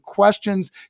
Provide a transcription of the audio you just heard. questions